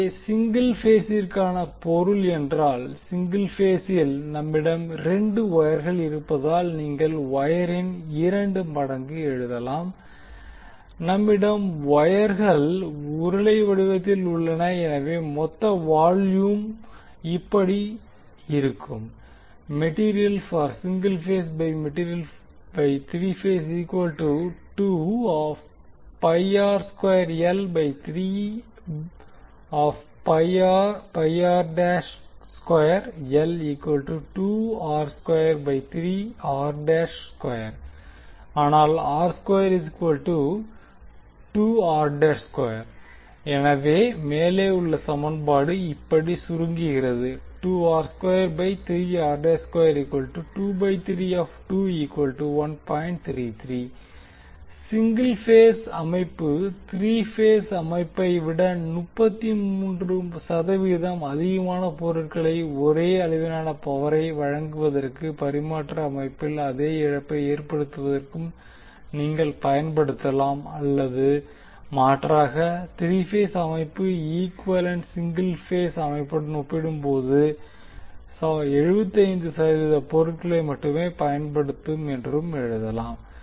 எனவே சிங்கிள் பேசிற்கான பொருள் என்றால் சிங்கிள் பேசில் நம்மிடம் 2 வொயர்கள் இருப்பதால் நீங்கள் வொயரின் 2 மடங்கு எழுதலாம் நம்மிடம் வொயர்கள் உருளை வடிவத்தில் உள்ளன எனவே மொத்த வால்யூம் இப்படி இருக்கும் ஆனால் எனவே மேலே உள்ள சமன்பாடு இப்படி சுருங்குகிறது சிங்கிள் பேஸ் அமைப்பு த்ரீ பேஸ் அமைப்பை விட 33 சதவிகிதம் அதிகமான பொருள்களை ஒரே அளவிலான பவரை வழங்குவதற்கும் பரிமாற்ற அமைப்பில் அதே இழப்பை ஏற்படுத்துவதற்கும் நீங்கள் பயன்படுத்தலாம் அல்லது மாற்றாக த்ரீ பேஸ் அமைப்பு ஈக்குவேலன்ட் சிங்கிள் பேஸ் அமைப்புடன் ஒப்பிடும்போது 75 சதவிகித பொருட்களை மட்டுமே பயன்படுத்தும் என்று எழுதலாம்